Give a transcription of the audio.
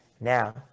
now